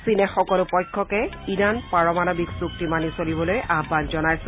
চীনে সকলো পক্ষকে ইৰান পাৰমাণৱিক চুক্তি মানি চলিবলৈ আহ্মান জনাইছে